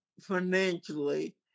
financially